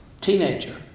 teenager